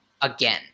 again